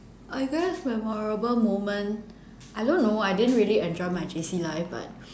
I guess memorable moment I don't know I didn't really enjoy my J_C life but